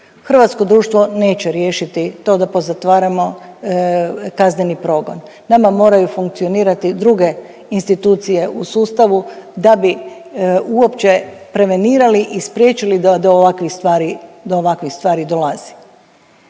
Hrvatsko društvo neće riješiti to da pozatvaramo kazneni progon. Nama moraju funkcionirati druge institucije u sustavu da bi uopće prevenirali i spriječili da do ovakvih stvari dolazi.